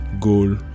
goal